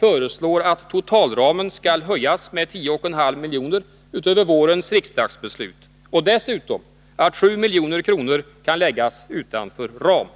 föreslår att totalramen skall höjas med 10,5 miljoner utöver vårens riksdagsbeslut och dessutom att 7 Nr 54 milj.kr. kan läggas utanför ramen.